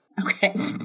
Okay